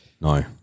No